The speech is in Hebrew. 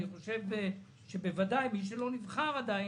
אני חושב שבוודאי מי שלא נבחר עדיין,